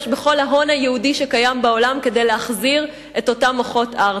בכל ההון היהודי שקיים בעולם כדי להחזיר את אותם מוחות ארצה.